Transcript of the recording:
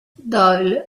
doyle